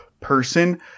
person